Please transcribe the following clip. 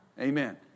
Amen